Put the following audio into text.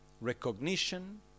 Recognition